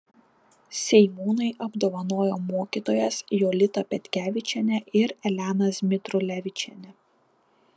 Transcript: seimūnai apdovanojo mokytojas jolitą petkevičienę ir eleną zmitrulevičienę